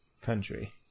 country